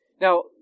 Now